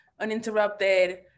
uninterrupted